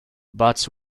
but